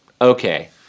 Okay